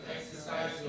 exercise